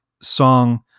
song